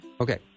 Okay